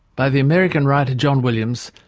by the american writer, john williams,